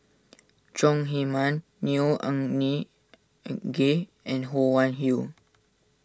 Chong Heman Neo Anngee and Ho Wan Hui